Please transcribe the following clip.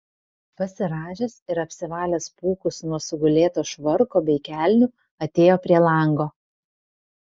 pasirąžęs ir apsivalęs pūkus nuo sugulėto švarko bei kelnių atėjo prie lango